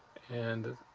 and